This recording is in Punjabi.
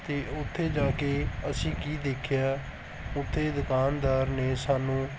ਅਤੇ ਉੱਥੇ ਜਾ ਕੇ ਅਸੀਂ ਕੀ ਦੇਖਿਆ ਉੱਥੇ ਦੁਕਾਨਦਾਰ ਨੇ ਸਾਨੂੰ